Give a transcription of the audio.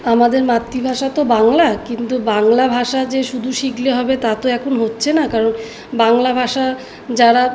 আমাদের মাতৃভাষা তো বাংলা কিন্তু বাংলা ভাষা যে শুধু শিখলে হবে তা তো এখন হচ্ছে না কারণ বাংলা ভাষা যারা